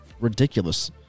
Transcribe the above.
Ridiculous